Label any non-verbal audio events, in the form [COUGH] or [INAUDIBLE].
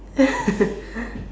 [LAUGHS]